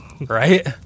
Right